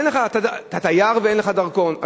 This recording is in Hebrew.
אין לך: אתה תייר ואין לך דרכון,